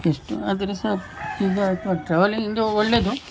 ಇಷ್ಟು ಆದರೆ ಸಹ ಈಗ ಟ್ರಾವೆಲಿಂಗ್ ಒಳ್ಳೆದು